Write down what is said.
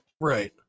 Right